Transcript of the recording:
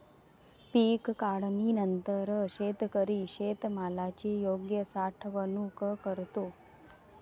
पीक काढणीनंतर शेतकरी शेतमालाची योग्य साठवणूक करतो